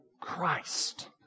Christ